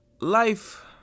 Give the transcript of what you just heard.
Life